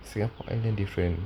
singapore punya different